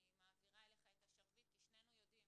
אני מעבירה אליך את השרביט, כי שנינו יודעים